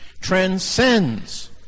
transcends